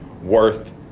worth